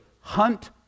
hunt